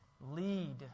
lead